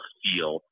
feel